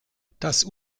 das